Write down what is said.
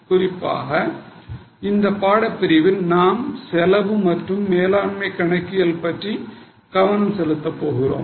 குறிப்பாக இந்த பாடப்பிரிவில் நாம் செலவு மற்றும் மேலாண்மை கணக்கியல் பற்றி கவனம் செலுத்தப் போகிறோம்